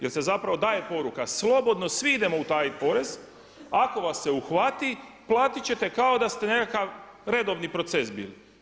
Jer se zapravo daje poruka, slobodno svi idemo utajiti porez, ako vas se uhvati, platiti ćete kao da ste nekakav redovni proces bili.